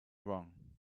wrong